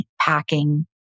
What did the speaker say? packing